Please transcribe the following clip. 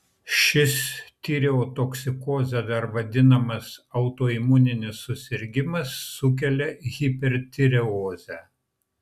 šis tireotoksikoze dar vadinamas autoimuninis susirgimas sukelia hipertireozę